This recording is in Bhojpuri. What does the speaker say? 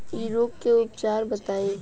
इ रोग के उपचार बताई?